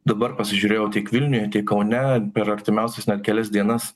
dabar pasižiūrėjau tiek vilniuje tiek kaune per artimiausias kelias dienas